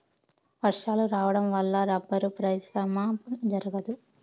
వర్షాలు రావడం వల్ల రబ్బరు పరిశ్రమ జరగదు